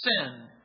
sin